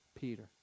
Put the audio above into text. Peter